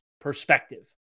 perspective